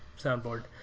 Soundboard